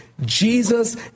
Jesus